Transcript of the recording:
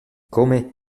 come